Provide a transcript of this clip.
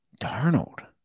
Darnold